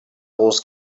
wars